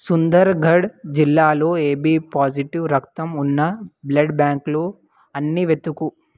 సుందర్గఢ్ జిల్లాలో AB positive రక్తం ఉన్న బ్లడ్ బ్యాంక్లు అన్ని వెతుకు